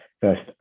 first